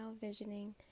visioning